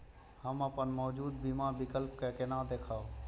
हम अपन मौजूद बीमा विकल्प के केना देखब?